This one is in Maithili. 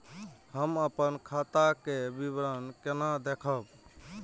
हम अपन खाता के विवरण केना देखब?